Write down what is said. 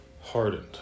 hardened